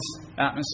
atmosphere